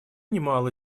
немало